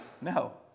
No